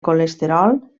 colesterol